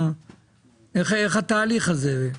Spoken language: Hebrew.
איך התהליך הזה?